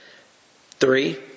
Three